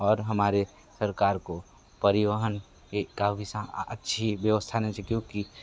और हमारी सरकार को परिवहन ये का अच्छी व्यवस्था होनी चाहिए क्योंकि